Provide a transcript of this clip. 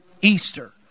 Easter